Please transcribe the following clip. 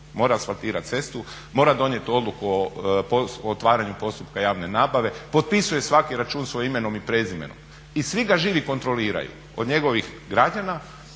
mora asfaltirati cestu, mora donijeti odluku o otvaranju postupka javne nabave, potpisuje svaki račun svojim imenom i prezimenom i svi ga živi kontroliraju od njegovih građana,